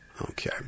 Okay